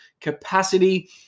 capacity